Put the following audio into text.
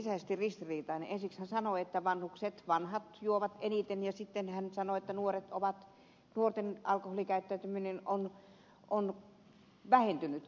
ensiksi hän sanoi että vanhukset vanhat juovat eniten ja sitten hän sanoi että nuorten alkoholikäyttäytyminen on vähentynyt